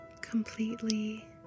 completely